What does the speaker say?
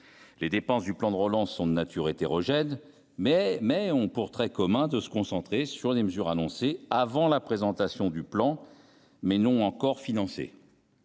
les dépenses du plan de relance sont de nature hétérogène mais mais ont pour trait commun de se concentrer sur les mesures annoncées avant la présentation du plan mais non encore financées.